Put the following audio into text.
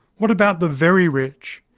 what about the very rich?